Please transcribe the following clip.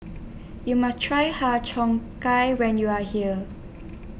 YOU must Try Har Cheong Gai when YOU Are here